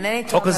אם אינני טועה,